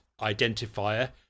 identifier